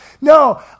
No